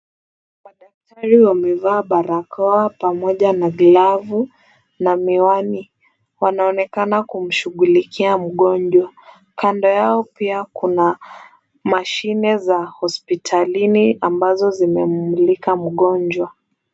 Madakatari wamevaa barakoa pamoja na glavu na miwani . Wanaoenekana kumshughulikia mgonjwa. Kando yao pia kuna mashine za hospitalini ambazo zimemulika mgonjwa.